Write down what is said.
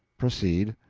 proceed.